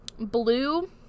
blue